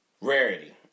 rarity